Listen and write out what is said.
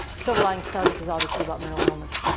silver linings playbook is obviously about mental illness.